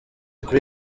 kuri